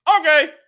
okay